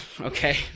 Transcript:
Okay